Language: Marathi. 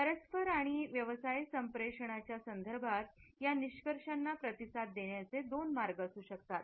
परस्पर आणि व्यवसाय संप्रेषणाच्या संदर्भात या निष्कर्षांना प्रतिसाद देण्याचे दोन मार्ग असू शकतात